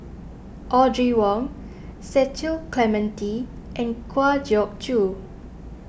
Audrey Wong Cecil Clementi and Kwa Geok Choo